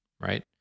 right